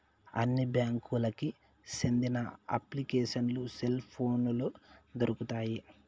అన్ని బ్యాంకులకి సెందిన అప్లికేషన్లు సెల్ పోనులో దొరుకుతాయి